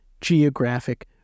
geographic